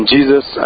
Jesus